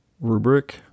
rubric